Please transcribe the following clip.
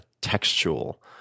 textual